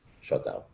shutdown